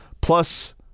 plus